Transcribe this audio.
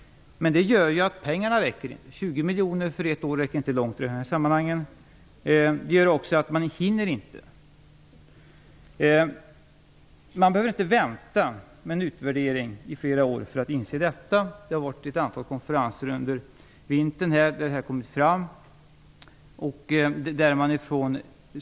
Men det gör ju att pengarna inte räcker; 20 miljoner för ett år räcker inte långt i de här sammanhangen. Det gör också att man inte hinner. Man behöver inte vänta med en utvärdering i flera år för att inse detta. Det har hållits ett antal konferenser under vintern där det här har kommit fram.